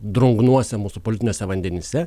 drungnuose mūsų politiniuose vandenyse